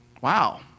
Wow